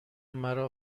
مرا